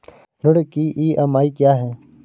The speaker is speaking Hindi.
ऋण की ई.एम.आई क्या है?